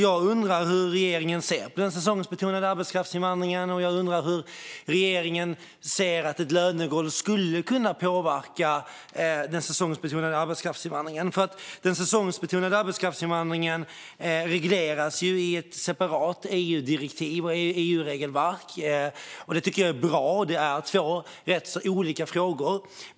Jag undrar hur regeringen ser på den säsongsbetonade arbetskraftsinvandringen och hur regeringen anser att ett lönegolv skulle kunna påverka den. Den säsongsbetonade arbetskraftsinvandringen regleras i ett separat EU-direktiv och EU-regelverk, och det tycker jag är bra. Det är två rätt så olika frågor.